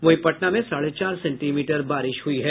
वहीं पटना में साढ़े चार सेंटीमीटर बारिश हुई है